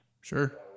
Sure